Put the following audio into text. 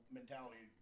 mentality